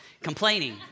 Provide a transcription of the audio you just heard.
complaining